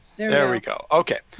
there we go. ok,